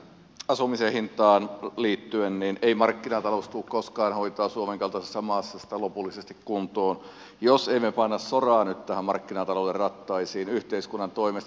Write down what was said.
asumisen hintaan liittyen ei markkinatalous tule koskaan hoitamaan suomen kaltaisessa maassa sitä lopullisesti kuntoon jos emme me pane soraa nyt markkinatalouden rattaisiin yhteiskunnan toimesta